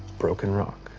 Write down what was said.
broken rock.